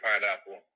pineapple